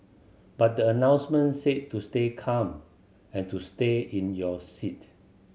but the announcement said to stay calm and to stay in your seat